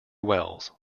wells